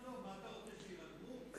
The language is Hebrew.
מה אתה רוצה, שיירדמו?